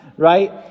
Right